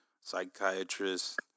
psychiatrist